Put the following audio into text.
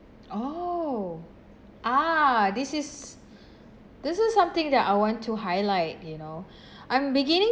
orh ah this is this is something that I want to highlight you know I'm beginning